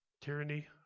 Tyranny